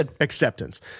acceptance